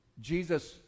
Jesus